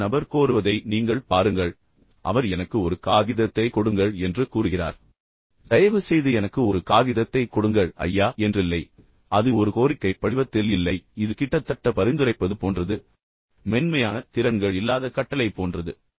ஆனால் இந்த நபர் கொடுக்கும் கோரிக்கையை நீங்கள் பார்த்தாலும் அவர் எனக்கு ஒரு காகிதத்தைக் கொடுங்கள் என்று கூறுகிறார் தயவுசெய்து எனக்கு ஒரு காகிதத்தைக் கொடுங்கள் ஐயா என்றில்லை அது ஒரு கோரிக்கை படிவத்தில் இல்லை இது கிட்டத்தட்ட பரிந்துரைப்பது போன்றது மென்மையான திறன்கள் இல்லாத கட்டளை போன்றது